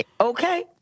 Okay